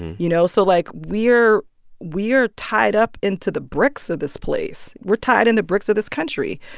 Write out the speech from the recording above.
you know, so, like, we're we're tied up into the bricks of this place. we're tied in the bricks of this country.